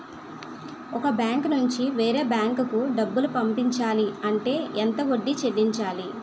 ఒక బ్యాంక్ నుంచి వేరే బ్యాంక్ కి డబ్బులు పంపించాలి అంటే ఎంత వడ్డీ చెల్లించాలి?